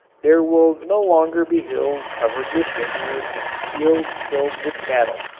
there will no longer be hills covered with vineyards and fields filled with cattle.